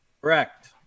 Correct